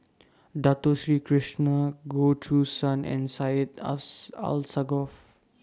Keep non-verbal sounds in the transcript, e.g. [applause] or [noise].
Dato Sri Krishna Goh Choo San and Syed [unintelligible] Alsagoff